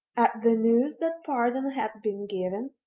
at the news that pardon had been given,